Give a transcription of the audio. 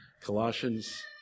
Colossians